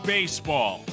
Baseball